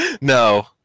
No